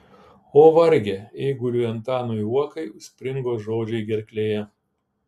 o varge eiguliui antanui uokai springo žodžiai gerklėje